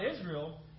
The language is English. Israel